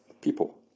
People